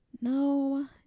No